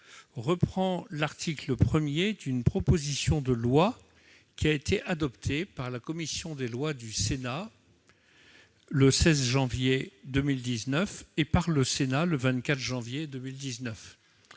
reprend l'article 1 d'une proposition de loi, qui a été adoptée par la commission des lois du Sénat le 16 janvier 2019 et par le Sénat le 24 janvier